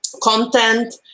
content